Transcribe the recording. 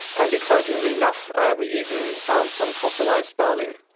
and excitedly enough we even found some fossilised baleen.